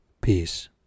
Peace